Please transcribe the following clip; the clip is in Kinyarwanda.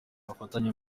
ubufatanye